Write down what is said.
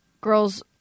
girls